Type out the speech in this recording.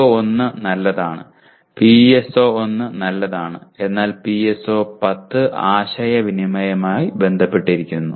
PO1 നല്ലതാണ് PSO1 നല്ലതാണ് എന്നാൽ PO10 ആശയവിനിമയവുമായി ബന്ധപ്പെട്ടിരിക്കുന്നു